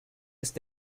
ist